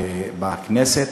בכנסת.